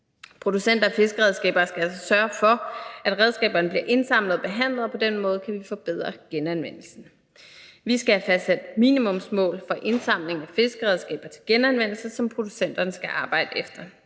Producenter af fiskeredskaber skal altså sørge for, at redskaberne bliver indsamlet og behandlet, og på den måde kan vi forbedre genanvendelsen. Vi skal have fastsat minimumsmål for indsamling af fiskeredskaber til genanvendelse, som producenterne skal arbejde efter.